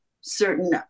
certain